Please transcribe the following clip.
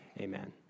amen